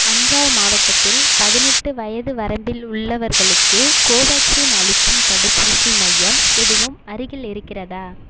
அஞ்சாவ் மாவட்டத்தில் பதினெட்டு வயது வரம்பில் உள்ளவர்களுக்கு கோவேக்சின் அளிக்கும் தடுப்பூசி மையம் எதுவும் அருகில் இருக்கிறதா